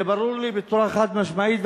זה ברור לי בצורה חד-משמעית,